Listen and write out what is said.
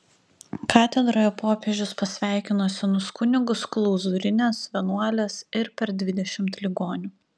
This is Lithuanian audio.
katedroje popiežius pasveikino senus kunigus klauzūrines vienuoles ir per dvidešimt ligonių